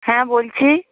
হ্যাঁ বলছি